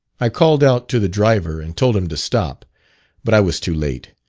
i called out to the driver and told him to stop but i was too late,